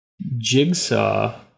Jigsaw